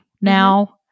now